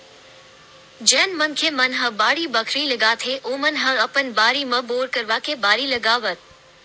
जेन मनखे मन ह बाड़ी बखरी लगाथे ओमन ह अपन बारी म बोर करवाके बारी लगावत